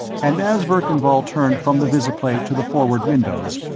and as verkan vall turned from the visiplate to the forward windows,